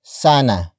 sana